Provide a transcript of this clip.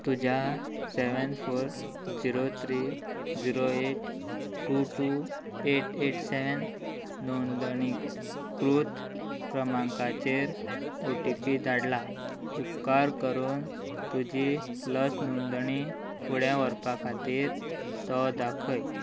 तुज्या seven four zero three zero eight two two eight eight seven नोंदणीकृत क्रमांकाचेर O T P धाडला उपकार करून तुजी लस नोंदणी फुडें व्हरपा खातीर तो दाखय